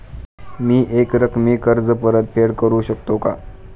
मी एकरकमी कर्ज परतफेड करू शकते का?